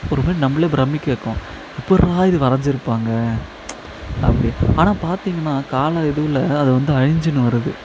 ஒருமாதிரி நம்மளே பிரம்மிக்க வைக்கும் எப்புடிரா இது வரைஞ்சிருப்பாங்க அப்படி ஆனால் பார்த்தீங்கனா கால இதுவில் அது வந்து அழுஞ்சுன்னு வருது